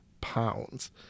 pounds